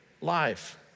life